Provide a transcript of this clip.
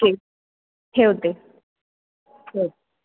ठीक ठेवते हो